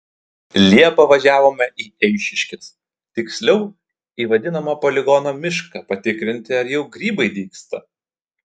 liepą važiavome į eišiškes tiksliau į vadinamą poligono mišką patikrinti ar jau grybai dygsta